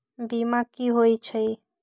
बीमा कि होई छई?